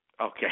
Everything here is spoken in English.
Okay